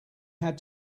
had